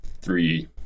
three